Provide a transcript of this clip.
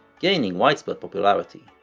gaining widespread popularity.